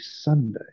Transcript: Sunday